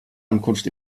ankunft